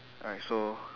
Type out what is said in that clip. alright so